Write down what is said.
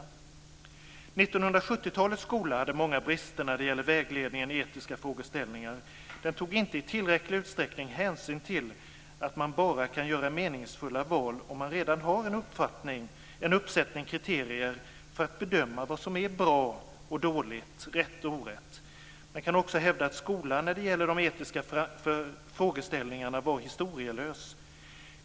1970-talets skola hade många brister när det gäller vägledningen i etiska frågeställningar. Den tog inte i tillräcklig utsträckning hänsyn till att man bara kan göra meningsfulla val om man redan har en uppfattning och en uppsättning kriterier för att bedöma vad om är bra och dåligt, rätt och orätt. Man kan också hävda att skolan när det gäller de etiska frågeställningarna var historielös.